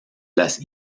las